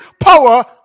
power